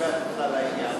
לשוחח אתך על העניין.